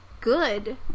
good